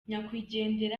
nyakwigendera